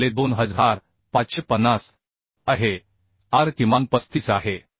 तर Le 2550 आहे आर किमान 35 आहे